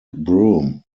broom